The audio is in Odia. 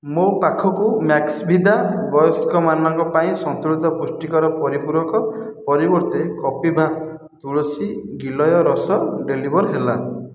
ମୋ ପାଖକୁ ମ୍ୟାକ୍ସଭିଦା ବୟସ୍କମାନଙ୍କ ପାଇଁ ସନ୍ତୁଳିତ ପୁଷ୍ଟିକର ପରିପୂରକ ପରିବର୍ତ୍ତେ କପିଭା ତୁଲସୀ ଗିଲୟ ରସ ଡେଲିଭର୍ ହେଲା